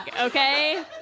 okay